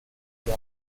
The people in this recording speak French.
son